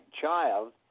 child